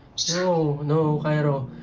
so no, cairo.